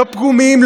לא פגומים,